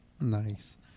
Nice